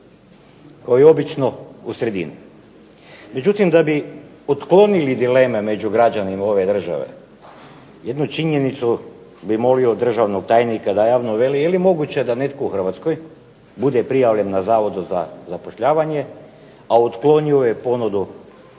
Kao i obično, u sredini. Međutim, da bi otklonili dileme među građanima ove države jednu činjenicu bi molio državnog tajnika da javno veli. Je li moguće da netko u Hrvatskoj bude prijavljen na Zavodu za zapošljavanje, a otklonio je ponudu za